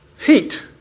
heat